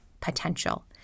potential